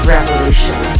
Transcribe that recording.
Revolution